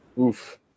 Oof